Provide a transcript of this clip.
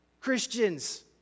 Christians